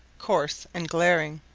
coarse and glaring.